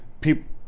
people